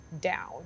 down